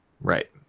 Right